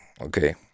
okay